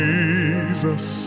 Jesus